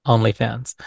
OnlyFans